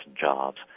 jobs